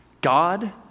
God